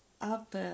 up